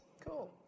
Cool